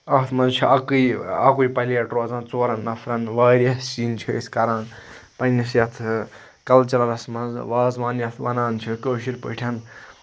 اتھ مَنٛز چھِ اَکی اَکوے پَلیٹ روزان ژورَن نَفرَن واریاہ سِنۍ چھِ أسۍ کَران پَننِس یَتھ کَلچرَلَس مَنٛز وازوان یَتھ وَنان چھِ کٲشِر پٲٹھۍ